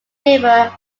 river